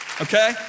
Okay